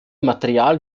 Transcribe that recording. material